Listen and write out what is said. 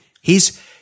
He's-